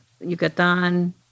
Yucatan